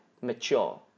mature